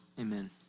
Amen